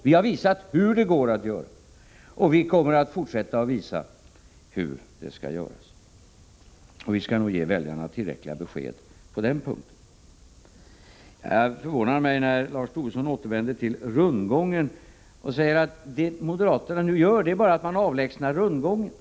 Vi har visat hur det går att göra, och vi kommer att fortsätta att visa hur det skall göras. Vi skall nog ge väljarna tillräckliga besked på den punkten. Det förvånar mig när Lars Tobisson återvänder till frågan om rundgång och när han säger att moderaterna nu avlägsnar rundgången.